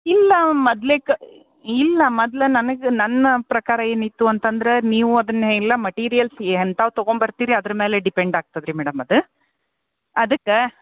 ಇಲ್ಲ ಮೊದ್ಲೇ ಕ್ ಇಲ್ಲ ಮೊದ್ಲ್ ನನಗೆ ನನ್ನ ಪ್ರಕಾರ ಏನಿತ್ತು ಅಂತಂದ್ರೆ ನೀವು ಅದನ್ನೆಲ್ಲ ಮಟೀರಿಯಲ್ಸ್ ಎಂಥವು ತೊಗೊಂಡ್ಬರ್ತೀರಿ ಅದ್ರ ಮೇಲೆ ಡಿಪೆಂಡಾಗ್ತದೆ ರೀ ಮೇಡಮ್ ಅದು ಅದಕ್ಕೆ